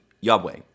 Yahweh